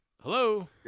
Hello